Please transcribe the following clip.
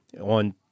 on